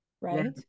right